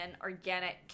organic